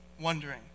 wondering